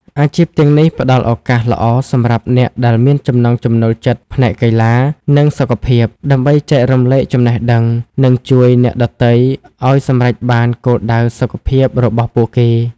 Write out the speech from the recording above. អាជីពទាំងនេះផ្ដល់ឱកាសល្អសម្រាប់អ្នកដែលមានចំណង់ចំណូលចិត្តផ្នែកកីឡា និងសុខភាព ដើម្បីចែករំលែកចំណេះដឹង និងជួយអ្នកដទៃឱ្យសម្រេចបានគោលដៅសុខភាពរបស់ពួកគេ។